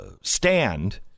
stand